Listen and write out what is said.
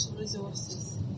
resources